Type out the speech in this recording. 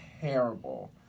terrible